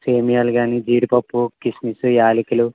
సేమియాలు గానీ జీడిపప్పు కిస్మిస్లు యాలకులు